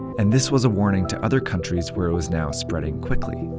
and this was a warning to other countries where it was now spreading quickly.